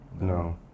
No